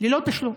ללא תשלום.